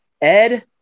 Ed